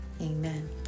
amen